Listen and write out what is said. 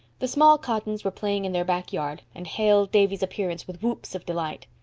the small cottons were playing in their back yard, and hailed davy's appearance with whoops of delight.